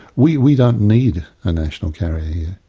we we don't need a national carrier here,